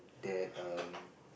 that um